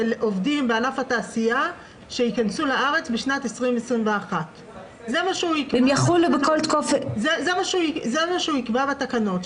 עובדים בענף התעשייה שייכנסו לארץ בשנת 2021. זה מה שהוא יקבע בתקנות,